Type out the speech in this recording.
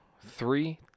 three